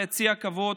ביציע הכבוד